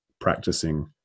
practicing